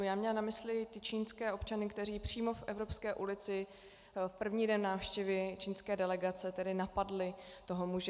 Já měla na mysli ty čínské občany, kteří přímo v Evropské ulici v první den návštěvy čínské delegace napadli toho muže.